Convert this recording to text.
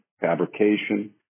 fabrication